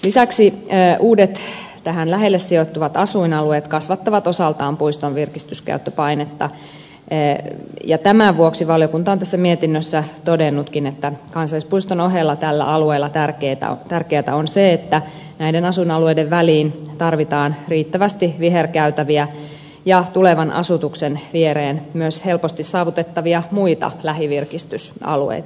lisäksi uudet tähän lähelle sijoittuvat asuinalueet kasvattavat osaltaan puiston virkistyskäyttöpainetta ja tämän vuoksi valiokunta on tässä mietinnössä todennutkin että kansallispuiston ohella tällä alueella tärkeätä on se että näiden asuinalueiden väliin tarvitaan riittävästi viherkäytäviä ja tulevan asutuksen viereen myös helposti saavutettavia muita lähivirkistysalueita